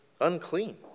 unclean